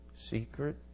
secret